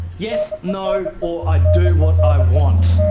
yes, no, or i do what i want.